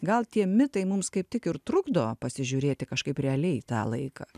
gal tie mitai mums kaip tik ir trukdo pasižiūrėti kažkaip realiai į tą laiką